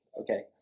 Okay